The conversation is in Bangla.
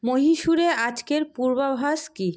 মহীশূরে আজকের পূর্বাভাস কী